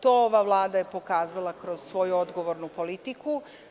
To je ova Vlada pokazala kroz svoju odgovornu politiku.